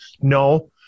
No